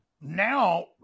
Now